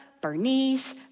Bernice